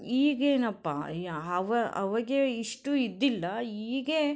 ಈಗೇನಪ್ಪಾ ಅವಾಗ ಇಷ್ಟು ಇದ್ದಿಲ್ಲ ಈಗ